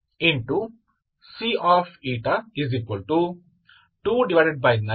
तो यह स्थिरांक यदि यह एक साधारण डिफरेंशियल समीकरण है तो यह स्थिर है कोई भी स्थिर समय ठीक है